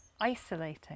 isolating